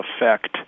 effect